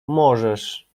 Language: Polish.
możesz